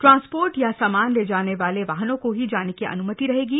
transport या सामान ल जान वाल वाहनों को ही जान की अन्मति रहशी